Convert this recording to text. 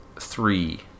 three